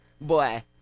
boy